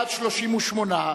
בעד, 38,